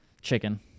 Chicken